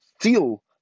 Feel